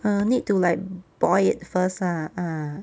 err need to like boil it first lah ah